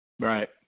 Right